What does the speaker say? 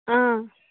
ꯑꯥ